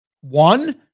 One